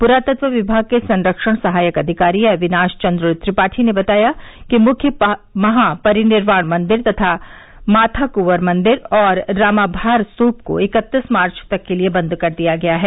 पुरातत्व विभाग के संरक्षण सहायक अधिकारी अविनाश चन्द्र त्रिपाठी ने बताया कि मुख्य महापरिनिर्वाण मंदिर माथा क्वर मंदिर और रामामार स्तूप को इकत्तीस मार्च तक के लिए बन्द कर दिया गया है